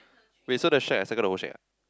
wait so the shack I circle the whole shack ah